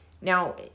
Now